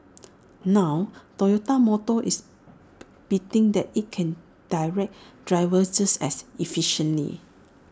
now Toyota motor is betting that IT can direct drivers just as efficiently